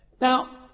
Now